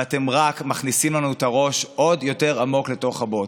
ואתם רק מכניסים לנו את הראש עוד יותר עמוק לתוך הבוץ.